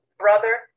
Brother